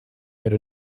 made